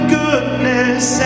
goodness